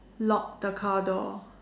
lock the car door